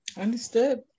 Understood